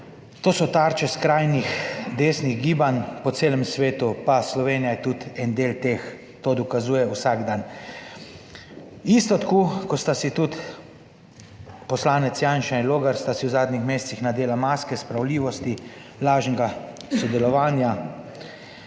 to so tarče skrajnih desnih gibanj po celem svetu, pa Slovenija je tudi en del teh, to dokazuje vsak dan . Isto, tako ko sta si tudi poslanec Janša in Logar, sta si v zadnjih mesecih nadela maske spravljivosti, lažnega sodelovanja,